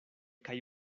kaj